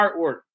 artwork